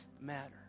matter